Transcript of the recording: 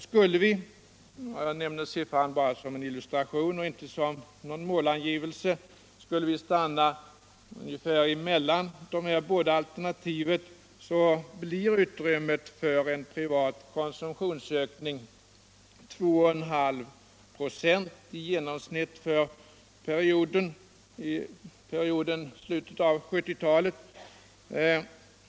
Skulle vi stanna ungefär mitt emellan de här båda alternativen — jag nämner siffran bara som en illustration och inte som någon målangivelse — blir utrymmet för en privat konsumtionsökning 2,5 4 i genomsnitt för slutet av 1970-talet.